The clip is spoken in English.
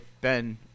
Ben